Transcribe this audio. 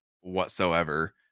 whatsoever